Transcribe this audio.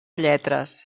lletres